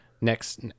next